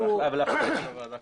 זה כמובן להחלטת הוועדה.